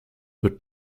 wird